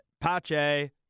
Pache